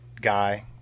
guy